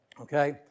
Okay